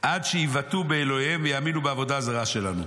עד שיבעטו באלוהיהם ויאמינו בעבודה זרה שלנו".